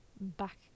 back